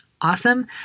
awesome